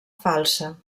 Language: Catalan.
falsa